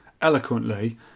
eloquently